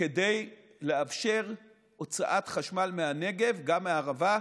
כדי לאפשר הוצאת חשמל מהנגב, גם מהערבה,